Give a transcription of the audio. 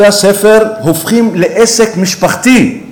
בתי-הספר הופכים לעסק משפחתי.